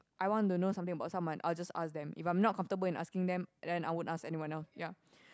I want to know something about someone I will just asked them if I'm not comfortable in asking them then I won't ask anyone else ya